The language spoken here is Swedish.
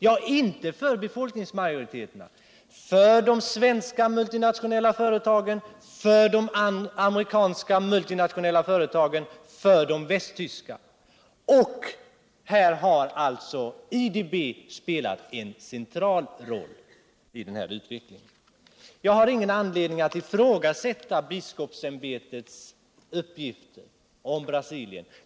Ja, inte för befolkningsmajoriteten utan för de svenska multinationella företagen, för de amerikanska multinationella företagen, för de västtyska. Och IDB har spelat en central roll i denna utveckling. Jag har ingen anledning att ifrågsätta biskopsämbetets uppgifter om Brasilien.